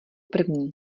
první